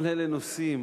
זה לא דורש תקציב,